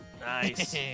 Nice